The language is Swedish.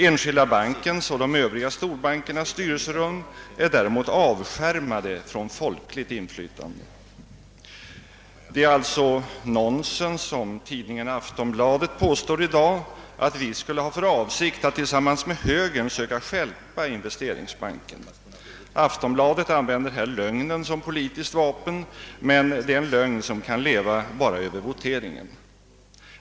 Enskilda bankens och de övriga storbankernas styrelserum är däremot avskärmade från folkligt inflytande. Det är alltså nonsens vad tidningen Aftonbladet påstår i dag, att vi skulle ha för avsikt att tillsammans med högern söka stjälpa investeringsbanken. Aftonbladet använder här lögnen som politiskt vapen, men det är en lögn som kan leva endast över voteringen.